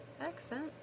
Accent